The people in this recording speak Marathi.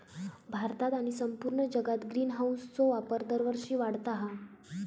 भारतात आणि संपूर्ण जगात ग्रीनहाऊसचो वापर दरवर्षी वाढता हा